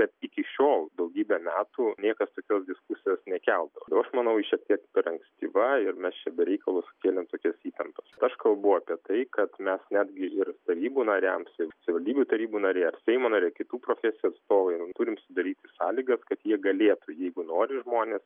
bet iki šiol daugybę metų niekas tokios diskusijos nekeldavo o aš manau ji šiek tiek per ankstyva ir mes čia be reikalo sukėlėm tokias įtampas aš kalbu apie tai kad mes netgi ir tarybų nariams ir savivaldybių tarybų nariai ar seimo nariai kitų profesijų atstovai turim sudaryti sąlygas kad jie galėtų jeigu nori žmonės